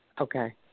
Okay